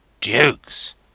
Dukes